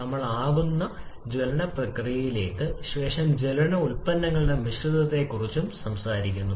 നമ്മൾ ആകും ജ്വലന പ്രക്രിയയ്ക്ക് ശേഷം ജ്വലന ഉൽപ്പന്നങ്ങളുടെ മിശ്രിതത്തെക്കുറിച്ച് സംസാരിക്കുന്നു